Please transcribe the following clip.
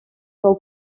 del